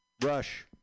Rush